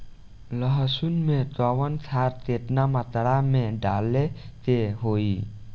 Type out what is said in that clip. लहसुन में कवन खाद केतना मात्रा में डाले के होई?